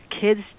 kids